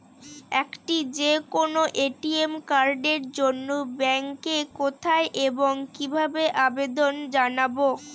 একটি যে কোনো এ.টি.এম কার্ডের জন্য ব্যাংকে কোথায় এবং কিভাবে আবেদন জানাব?